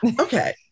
okay